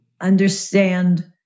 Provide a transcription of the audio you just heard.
understand